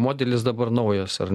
modelis dabar naujas ar